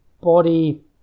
body